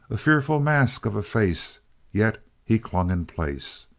a fearful mask of a face yet he clung in place.